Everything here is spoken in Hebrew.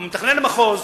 מתכנן המחוז,